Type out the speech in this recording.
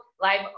live